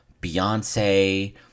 Beyonce